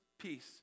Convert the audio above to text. peace